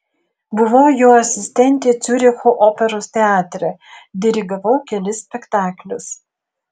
buvau jo asistentė ciuricho operos teatre dirigavau kelis spektaklius